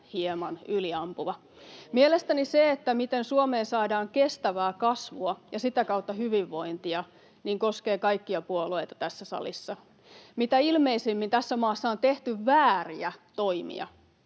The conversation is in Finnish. hieman yliampuva. Mielestäni se, että Suomeen saadaan kestävää kasvua ja sitä kautta hyvinvointia, koskee kaikkia puolueita tässä salissa. Mitä ilmeisimmin tässä maassa on tehty vääriä toimia.